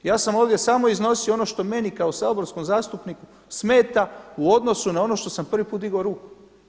Ja sam ovdje samo iznosio ono što meni kao saborskom zastupniku smeta u odnosu na ono što sam prvi put digao ruku.